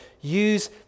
use